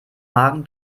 magen